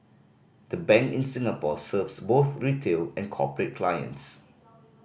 the bank in Singapore serves both retail and corporate clients